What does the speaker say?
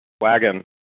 wagon